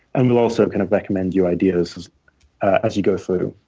and we'll also kind of recommend you ideas as you go through.